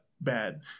bad